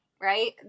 right